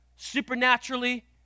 Supernaturally